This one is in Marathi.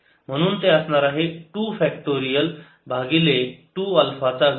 म्हणून ते असणार आहे 2 फॅक्टरियल भागिले 2 अल्फा चा घन